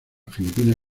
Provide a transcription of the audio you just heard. filipina